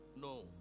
No